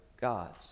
gods